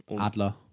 Adler